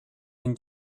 been